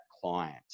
client